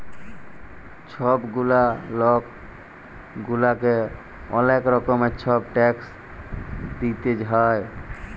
ছব গুলা লক গুলাকে অলেক রকমের ছব ট্যাক্স দিইতে হ্যয়